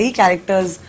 characters